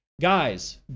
guys